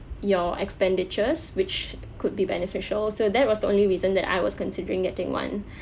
your expenditures which could be beneficial so that was the only reason that I was considering getting one